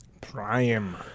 Prime